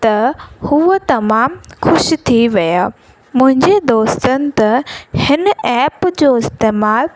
त हुअ तमामु ख़ुशि थी विया मुंहिंजे दोस्तनि त हिन ऐप जो इस्तेमालु